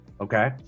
Okay